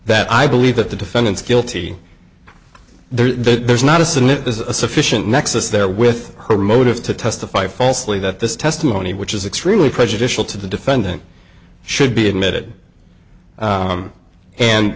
that i believe that the defendant's guilty there's not a sin it is a sufficient nexus there with her motive to testify falsely that this testimony which is extremely prejudicial to the defendant should be admitted